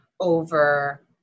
over